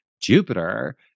Jupiter